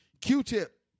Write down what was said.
Q-tip